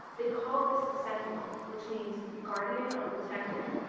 they called this the sentinel, which means guardian or protector.